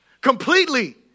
completely